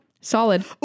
Solid